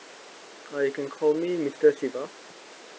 hi can call me mister shiba